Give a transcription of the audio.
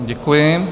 Děkuji.